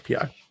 API